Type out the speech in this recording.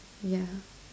ya